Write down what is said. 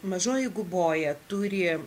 mažoji guboja turi